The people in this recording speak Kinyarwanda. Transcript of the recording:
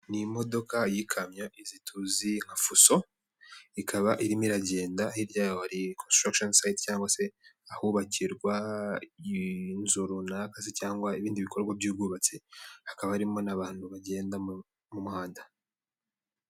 Ni imodoka y'ikamyo izi tuzi nka fuso ikaba irimo iragenda, hirya yaho hari konsitarakisheni sayiti cyangwag se ahubakirwa inzu runaka cyangwa ibindi bikorwa by'ubwubatsi hakaba harimo n'abantu bagenda mu muhanda.